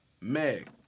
Meg